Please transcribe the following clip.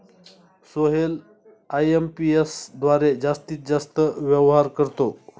Sohail IMPS द्वारे जास्तीत जास्त व्यवहार करतो